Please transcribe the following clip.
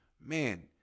Man